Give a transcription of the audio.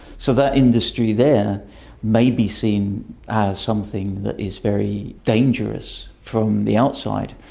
so that industry there may be seen as something that is very dangerous from the outside,